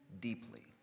deeply